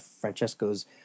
Francesco's